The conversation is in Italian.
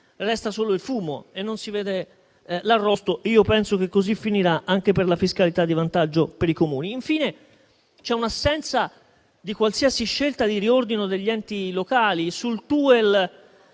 resta solo il fumo e non si vede l'arrosto. Io penso che finirà così anche per la fiscalità di vantaggio per i Comuni. Infine, c'è l'assenza di qualsiasi scelta di riordino degli enti locali. Sul TUEL